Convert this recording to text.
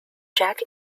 jack